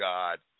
God